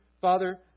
Father